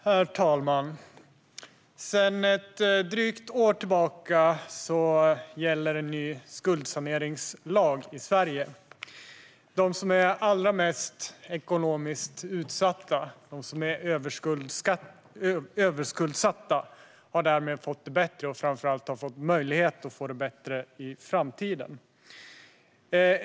Herr talman! Sedan drygt ett år tillbaka gäller en ny skuldsaneringslag i Sverige. De som är allra mest ekonomiskt utsatta, de som är överskuldsatta, har därmed fått det bättre och har framför allt fått möjlighet att få det bättre i framtiden.